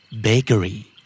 Bakery